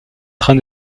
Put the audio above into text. train